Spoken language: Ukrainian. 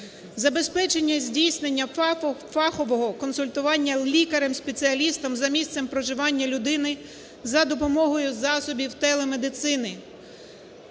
забезпечення здійснення фахового консультування лікарем-спеціалістом за місцем проживання людини за допомогою засобів телемедицини.